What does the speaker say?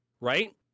right